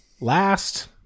Last